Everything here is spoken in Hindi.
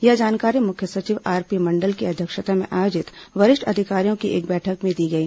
यह जानकारी मुख्य सचिव आरपी मंडल की अध्यक्षता में आयोजित वरिष्ठ अधिकारियों की एक बैठक में दी गई